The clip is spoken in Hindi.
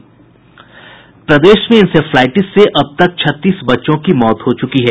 प्रदेश में इंसेफ्लाईटिस से अब तक छत्तीस बच्चों की मौत हो चूकी है